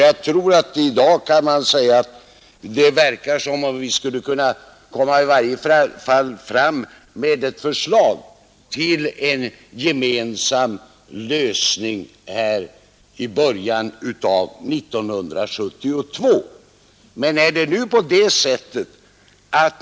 Jag tycker att det verkar som om man i dag kan säga att svårigheter kan uppstå att lägga fram ett gemensamt förslag till en slutlig lösning i fråga om författningsreformen i början av år 1972.